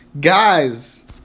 Guys